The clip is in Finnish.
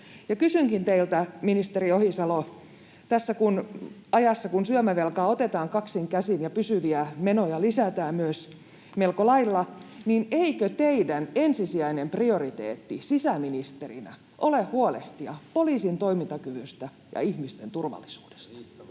Kysynkin teiltä, ministeri Ohisalo, tässä ajassa, kun syömävelkaa otetaan kaksin käsin ja pysyviä menoja lisätään myös melko lailla: eikö teidän ensisijainen prioriteettinne sisäministerinä ole huolehtia poliisin toimintakyvystä ja ihmisten turvallisuudesta? [Petri